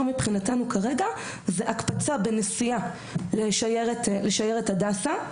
עבורנו במקום זה הקפצה בנסיעה לשיירת הדסה,